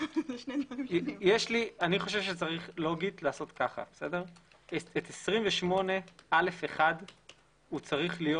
אני חושב שלוגית צריך לעשות כך שאחרי סעיף 28א צריך להיות